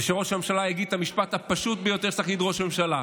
זה שראש הממשלה יגיד את המשפט הפשוט ביותר שצריך להגיד ראש ממשלה: